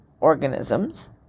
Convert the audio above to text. organisms